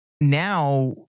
Now